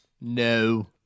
No